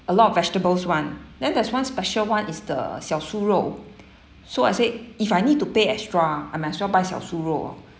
a lot of vegetables one then there's one special one is the xiaosurou so I said if I need to pay extra I might as well buy xiaosurou oh